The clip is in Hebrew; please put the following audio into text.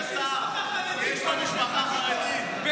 אדוני השר, יש לו משפחה חרדית.